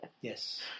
Yes